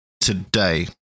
today